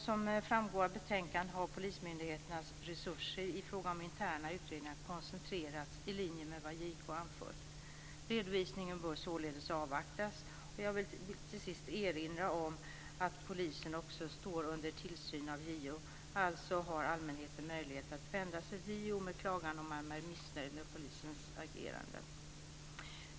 Som framgår av betänkandet har polismyndigheternas resurser i fråga om interna utredningar koncentrerats i linje med vad JK anfört. Redovisningen bör således avvaktas. Jag vill också erinra om att polisen står under tillsyn av JO. Alltså har allmänheten möjlighet att vända sig till JO med klagan om man är missnöjd med polisens agerande.